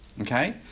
okay